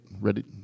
ready